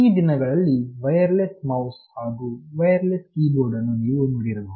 ಈ ದಿನಗಳಲ್ಲಿ wireless mouse ಹಾಗೂ ವೈರ್ಲೆಸ್ ಕೀಬೋರ್ಡ್ ಅನ್ನು ನೀವು ನೋಡಿರಬಹುದು